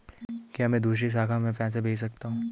क्या मैं दूसरी शाखा में पैसे भेज सकता हूँ?